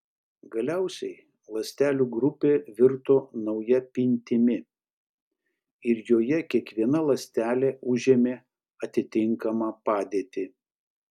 galiausiai ląstelių grupė virto nauja pintimi ir joje kiekviena ląstelė užėmė atitinkamą padėtį